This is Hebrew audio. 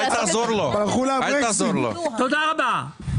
תודה רבה.